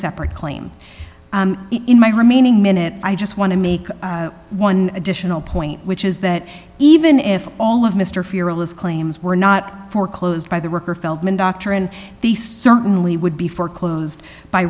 separate claim in my remaining minute i just want to make one additional point which is that even if all of mr fearless claims were not foreclosed by the worker feldman doctrine they certainly would be foreclosed by